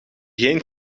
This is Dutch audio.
geen